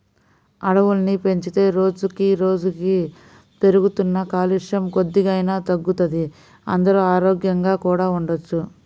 అడవుల్ని పెంచితే రోజుకి రోజుకీ పెరుగుతున్న కాలుష్యం కొద్దిగైనా తగ్గుతది, అందరూ ఆరోగ్యంగా కూడా ఉండొచ్చు